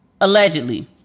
Allegedly